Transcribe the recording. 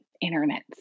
internet